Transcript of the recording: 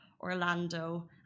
Orlando